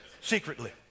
secretly